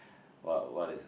what what is